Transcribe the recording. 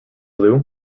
blue